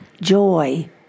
joy